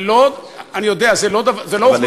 זה לא, אני יודע, זאת לא אוכלוסייה פשוטה.